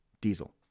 Diesel